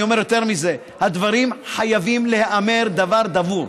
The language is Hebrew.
אני אומר יותר מזה: הדברים חייבים להיאמר דבר דבור,